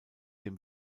dem